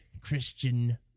Christian